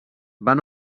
van